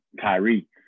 Kyrie